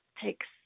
takes